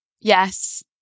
Yes